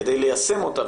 כדי ליישם אותה,